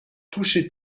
toucher